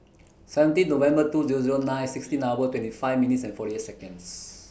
seventeen November two Zero Zero nine sixteen hours twenty five minutes and forty eight Seconds